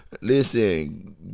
Listen